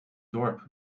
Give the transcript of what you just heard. dorp